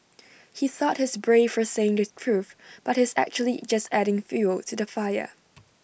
he thought he's brave for saying the truth but he's actually just adding fuel to the fire